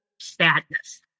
sadness